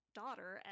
daughter